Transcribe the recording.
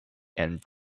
and